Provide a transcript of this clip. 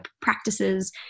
practices